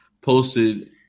posted